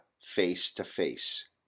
face-to-face